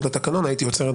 אני אחזיר לך את